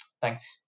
thanks